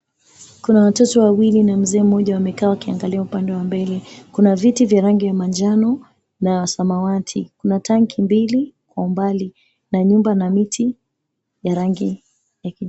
Kuna watoto wawili na mzee wamekaa wakiangalia upande wa mbele. Kuna viti vya rangi ya manjano na ya samawati. Kuna tangi mbili kwa umbali na nyumba na miti ya rangi ya kijani.